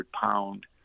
pound